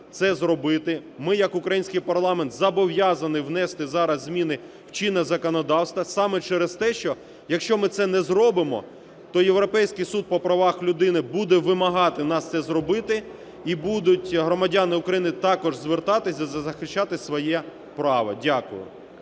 це зробити. Ми як український парламент зобов'язані внести зараз зміни в чинне законодавство саме через те, що якщо ми це не зробимо, то Європейський суд по правах людини буде вимагати нас це зробити і будуть громадяни України також звертатися та захищати своє право. Дякую.